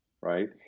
right